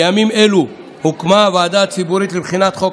בימים אלו הוקמה ועדה ציבורית לבחינת חוק